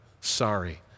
sorry